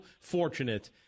fortunate